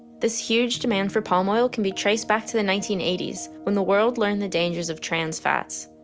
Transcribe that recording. this huge demand for palm oil can be traced back to the nineteen eighty s when the world learned the dangers of trans fats.